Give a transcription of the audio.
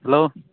hello